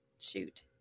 shoot